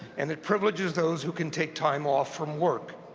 and it privileges those who can take time off from work.